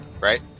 Right